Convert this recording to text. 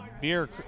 beer